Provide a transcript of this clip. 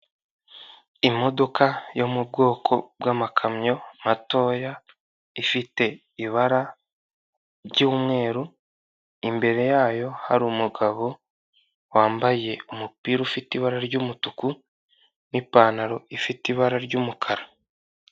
Imodoka yo mu bwoko bw'amakamyo matoya ifite ibara ry'umweru imbere yayo hari umugabo wambaye umupira ufite ibara ry'umutuku, n'ipantaro ifite ibara ry'umukara.